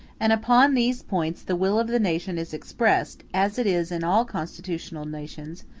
and upon these points the will of the nation is expressed, as it is in all constitutional nations,